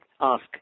ask